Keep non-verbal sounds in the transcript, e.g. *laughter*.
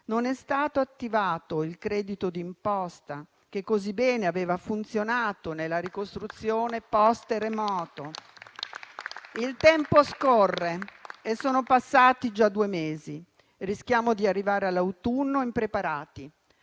Non è stato attivato il credito d'imposta che così bene aveva funzionato nella ricostruzione post terremoto. *applause* Il tempo scorre, sono passati già due mesi; rischiamo di arrivare all'autunno impreparati;